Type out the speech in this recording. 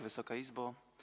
Wysoka Izbo!